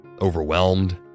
overwhelmed